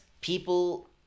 people